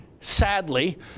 sadly